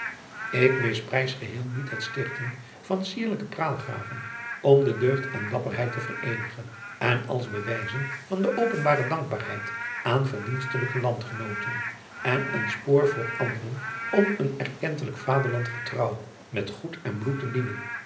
k misprijs geheel niet het stichten van sierlijke praalgraven om de deugd en dapperheid te vereeuwigen en als bewijzen van de openbare dankbaarheid aan verdienstelijke land genooten en een spoor voor anderen om een erkentelijk vaderland getrouw met goed en bloed te dienen